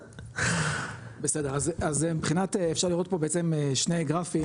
אז מבחינת אפשר לראות פה בעצם שני גרפים,